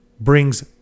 brings